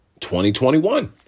2021